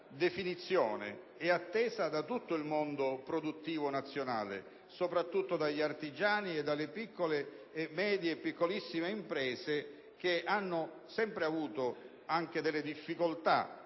definizione è attesa da tutto il mondo produttivo nazionale e, soprattutto, dagli artigiani e dalle medie, piccole e piccolissime imprese che hanno sempre avuto delle difficoltà